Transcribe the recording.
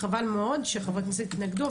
חבל מאוד שחברי כנסת התנגדו.